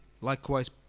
likewise